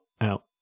out